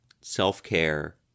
self-care